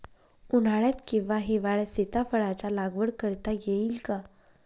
उन्हाळ्यात किंवा हिवाळ्यात सीताफळाच्या लागवड करता येईल का?